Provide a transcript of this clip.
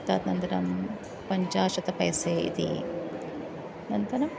तदन्तरं पञ्चाशत् पैसे इति अनन्तरम्